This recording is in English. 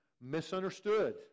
misunderstood